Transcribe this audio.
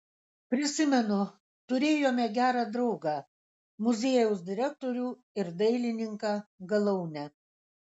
prisimenu turėjome gerą draugą muziejaus direktorių ir dailininką galaunę